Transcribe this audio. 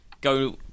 go